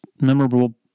memorable